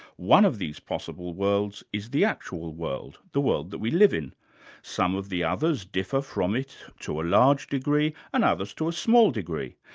one of these possible worlds is the actual world, the world that we live in some of the others differ from it to a large degree, and others to a small degree.